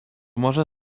może